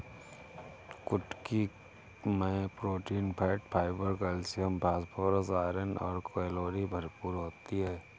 कुटकी मैं protein, fat, fibre, calcium, phosphorus, iron और कैलोरी भरपूर होती है